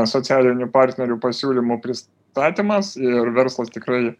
socialinių partnerių pasiūlymų pristatymas ir verslas tikrai